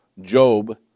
Job